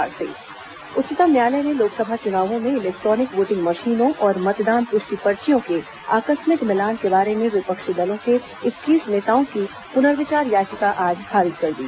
उच्चतम न्यायालय वीवीपैट उच्चतम न्यायालय ने लोकसभा चुनावों में इलैक्ट्रॉनिक वोटिंग मशीनों और मतदान पुष्टि पर्चियों के आकस्मिक मिलान के बारे में विपक्षी दलों के इक्कीस नेताओं की पुनर्विचार याचिका आज खारिज कर दी